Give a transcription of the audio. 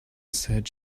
said